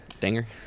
Dinger